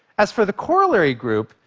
as for the corollary group,